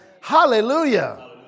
hallelujah